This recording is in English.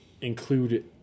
include